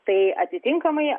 tai atitinkamai